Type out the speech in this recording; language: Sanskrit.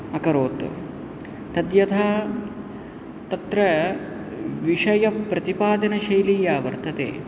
अकरोत् तद्यथा तत्र विषयप्रतिपादनशैली या वर्तते